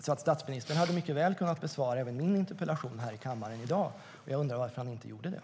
Statsministern hade mycket väl kunnat besvara även min interpellation i kammaren i dag. Jag undrar varför han inte gjorde det.